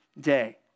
day